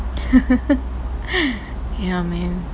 ya man